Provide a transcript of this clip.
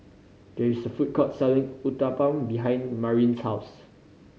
there is a food court selling Uthapam behind Marin's house